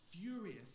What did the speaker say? furious